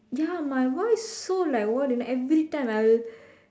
ya my voice so like what and every time I will